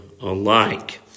alike